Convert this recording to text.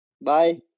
Bye